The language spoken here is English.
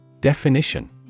Definition